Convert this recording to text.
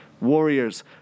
Warriors